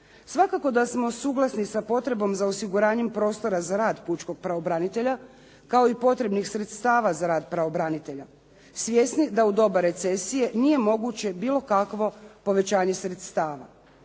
Svakako da smo suglasni sa potrebom za osiguranjem prostora za rad pučkog pravobranitelja, kao i potrebnih sredstava za rad pravobranitelja. Svjesni da u doba recesije nije moguće bilo kakvo povećanje sredstava.